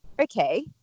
okay